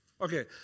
Okay